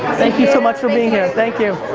thank you so much for being here, thank you.